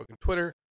Twitter